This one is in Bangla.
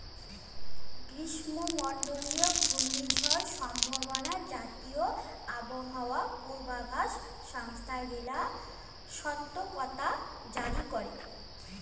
গ্রীষ্মমণ্ডলীয় ঘূর্ণিঝড় সম্ভাবনা জাতীয় আবহাওয়া পূর্বাভাস সংস্থা গিলা সতর্কতা জারি করে